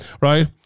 right